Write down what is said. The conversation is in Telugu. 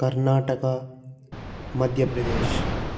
కర్ణాటక మధ్యప్రదేశ్